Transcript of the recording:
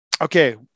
Okay